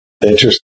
Interesting